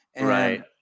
Right